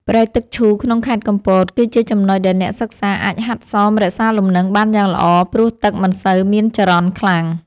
ព្រែកទឹកឈូក្នុងខេត្តកំពត គឺជាចំណុចដែលអ្នកសិក្សាអាចហាត់សមរក្សាលំនឹងបានយ៉ាងល្អ ព្រោះទឹកមិនសូវមានចរន្តខ្លាំង។